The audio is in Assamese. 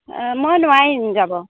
মই নোৱাৰিম যাব